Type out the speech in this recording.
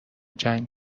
جنگ